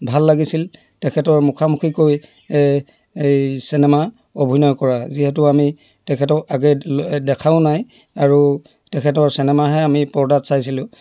ভাল লাগিছিল তেখেতৰ মুখামুখিকৈ চিনেমা অভিনয় কৰা যিহেতু আমি তেখেতক আগেয়ে দেখাও নাই আৰু তেখেতৰ চেনেমাহে আমি পৰ্দাত চাইছিলোঁ